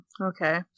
Okay